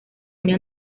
año